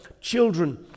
children